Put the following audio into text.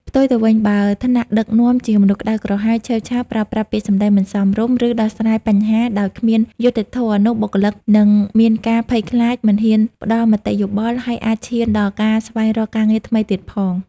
ផ្ទុយទៅវិញ បើថ្នាក់ដឹកនាំជាមនុស្សក្ដៅក្រហាយ ឆេវឆាវ ប្រើប្រាស់ពាក្យសម្ដីមិនសមរម្យ ឬដោះស្រាយបញ្ហាដោយគ្មានយុត្តិធម៌ នោះបុគ្គលិកនឹងមានការភ័យខ្លាច មិនហ៊ានផ្ដល់មតិយោបល់ ហើយអាចឈានដល់ការស្វែងរកការងារថ្មីទៀតផង។